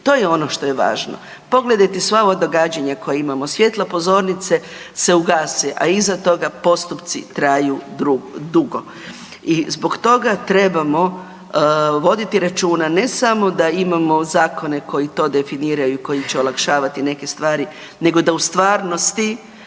To je ono što je važno. Pogledajte sva ova događanja koja imamo, svjetla pozornice se ugase, a iza toga postupci traju dugo. I zbog toga trebamo voditi računa ne samo da imamo zakone koji to definiraju, koji će olakšavati neke stvari nego da u stvarnosti